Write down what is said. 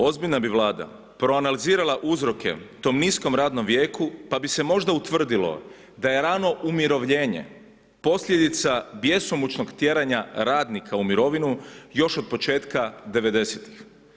Ozbiljna bi vlada, proanalizirala uzroke tom niskom radnom vijeku pa bi se možda utvrdilo da je rano umirovljenje posljedica bjesomučnog tjeranja radnika u mirovinu još od početka 90-tih.